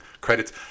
credits